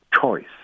choice